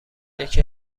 یکی